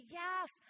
yes